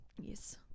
Yes